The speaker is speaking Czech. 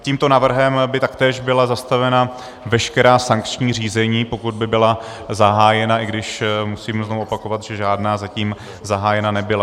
Tímto návrhem by taktéž byla zastavena veškerá sankční řízení, pokud by byla zahájena, i když musím znova opakovat, že žádná zatím zahájena nebyla.